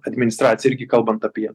administracijai irgi kalbant apie